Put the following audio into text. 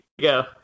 go